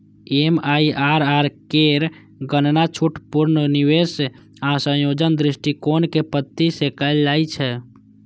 MIRR केर गणना छूट, पुनर्निवेश आ संयोजन दृष्टिकोणक पद्धति सं कैल जाइ छै